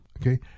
Okay